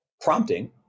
Prompting